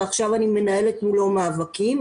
ועכשיו אני מנהלת מולו מאבקים,